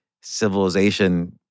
civilization